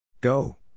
Go